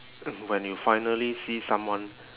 when you finally see someone